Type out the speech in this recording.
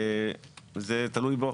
זה תלוי בו.